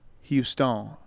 Houston